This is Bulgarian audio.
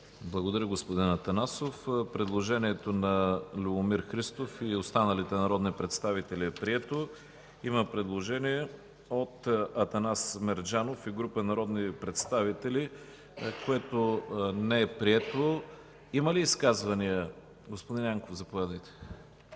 Благодаря, господин Атанасов. Предложението на Любомир Христов и останалите народни представители е прието. Има предложение от Атанас Мерджанов и група народни представители, което не е прието. Има ли изказвания? Господин Янков, заповядайте.